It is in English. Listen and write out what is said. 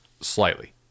slightly